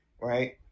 right